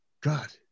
God